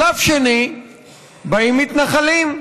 בשלב שני באים מתנחלים,